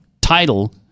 title